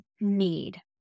need